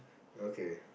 okay